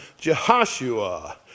Jehoshua